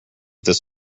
this